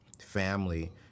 family